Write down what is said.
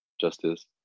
justice